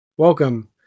Welcome